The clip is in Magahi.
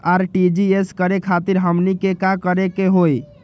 आर.टी.जी.एस करे खातीर हमनी के का करे के हो ई?